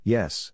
Yes